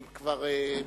הם כבר כמעט